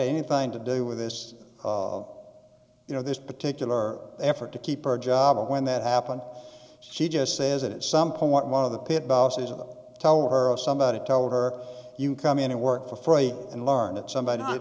anything to do with this of you know this particular effort to keep her job and when that happened she just says it some point one of the pit bosses of tell her if somebody told her you come in and work for free and learn that somebody's not